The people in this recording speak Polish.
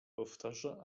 powtarza